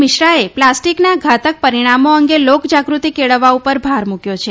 મિશ્રાએ પ્લાસ્ટીકના ઘાતક પરીણામો અંગે લોક જાગ્રતિ કેળવવા ઉપર ભાર મૂકયો છે